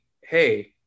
hey